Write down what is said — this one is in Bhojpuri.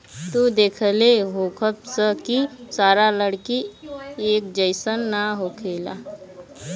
तू देखले होखबऽ की सारा लकड़ी एक जइसन ना होखेला